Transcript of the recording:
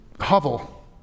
hovel